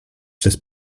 przez